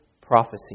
prophecy